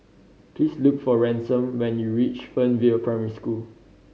please look for Ransom when you reach Fernvale Primary School